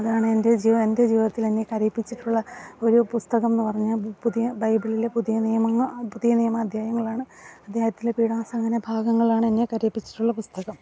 അതാണ് എൻ്റെ ജീവ എൻ്റെ ജീവിതത്തിലെന്നെ കരയിപ്പിച്ചിട്ടുള്ള ഒരു പുസ്തകമെന്നു പറഞ്ഞാൽ പുതിയ ബൈബിളിലെ പുതിയ നിയമങ്ങ പുതിയ നിയമ അധ്യായങ്ങളാണ് അദ്ധ്യായത്തിലെ പീഡന സഹനഭാഗങ്ങളാണെന്നെ കരയിപ്പിച്ചിട്ടുള്ള പുസ്തകം